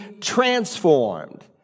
transformed